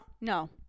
No